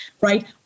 right